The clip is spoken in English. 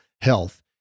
Health